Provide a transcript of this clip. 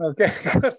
Okay